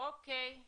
אוקי,